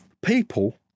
people